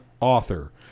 author